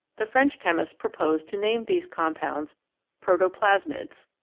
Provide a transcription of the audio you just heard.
the french chemist proposed to name these com pounds protoplasmids.